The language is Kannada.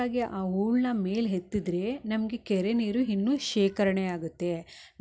ಹಾಗಾಗಿ ಆ ಹೂಳ್ನ ಮೇಲೆ ಹೆತ್ತಿದರೆ ನಮಗೆ ಕೆರೆ ನೀರು ಇನ್ನು ಶೇಖರಣೆ ಆಗತ್ತೆ